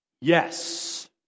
Yes